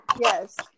Yes